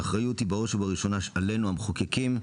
האחריות היא בראש ובראשונה היא עלינו המחוקקים,